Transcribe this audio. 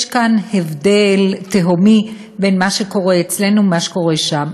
יש הבדל תהומי בין מה שקורה אצלנו לבין מה שקורה שם.